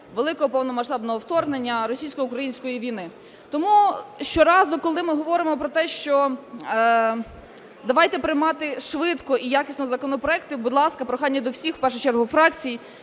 великого повномасштабного вторгнення, російсько-української війни. Тому щоразу, коли ми говоримо про те, що давайте приймати швидко і якісно законопроекти, будь ласка, прохання до всіх, в першу чергу фракцій,